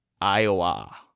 Iowa